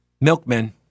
milkman